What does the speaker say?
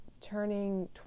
turning